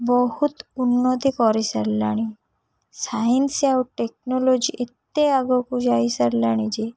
ବହୁତ ଉନ୍ନତି କରିସାରିଲାଣି ସାଇନ୍ସ ଆଉ ଟେକ୍ନୋଲୋଜି ଏତେ ଆଗକୁ ଯାଇସାରିଲାଣି ଯେ